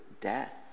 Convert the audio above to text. death